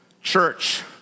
church